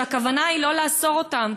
הכוונה היא לא לאסור אותם,